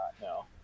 No